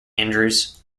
andrews